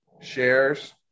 shares